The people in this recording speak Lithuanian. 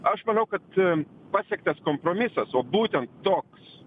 aš manau kad pasiektas kompromisas o būtent toks